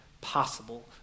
possible